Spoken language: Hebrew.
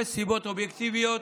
יש סיבות אובייקטיביות,